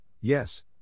yes